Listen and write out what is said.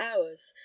hours